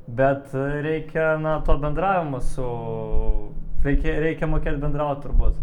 bet reikia na to bendravimo su reikia reikia mokėt bendraut turbūt